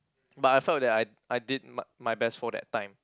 but I felt that I I did my my best for that time